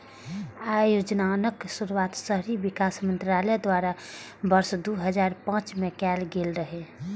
अय योजनाक शुरुआत शहरी विकास मंत्रालय द्वारा वर्ष दू हजार पांच मे कैल गेल रहै